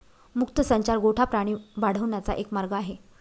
मुक्त संचार गोठा प्राणी वाढवण्याचा एक मार्ग आहे